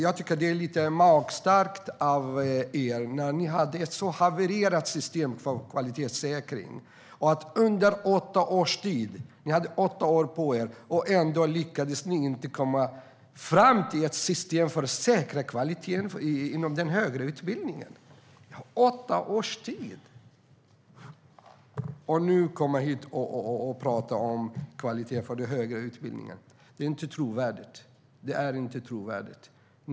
Jag tycker att det är lite magstarkt av er som hade ett sådant havererat system för kvalitetssäkring - ni hade åtta år på er; ändå lyckades ni inte komma fram till ett system för att säkra kvaliteten inom den högre utbildningen - att komma hit och prata om kvaliteten i högre utbildning. Det är inte trovärdigt.